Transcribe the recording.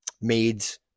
maids